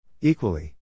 Equally